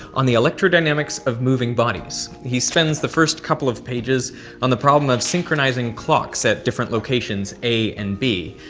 on the electrodynamics of moving bodies. he spends the first couple of pages on the problem of synchronizing clocks at different locations a and b.